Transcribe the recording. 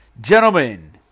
Gentlemen